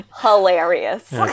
hilarious